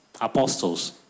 apostles